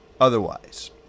otherwise